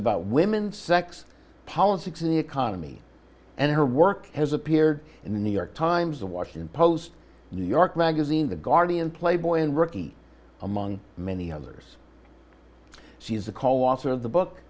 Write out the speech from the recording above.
about women sex politics and the economy and her work has appeared in the new york times the washington post new york magazine the guardian playboy and rikki among many others she is the